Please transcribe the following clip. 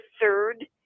third